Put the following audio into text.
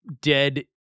dead